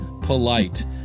polite